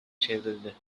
çevrildi